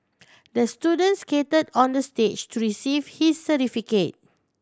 the student skate on the stage to receive his certificate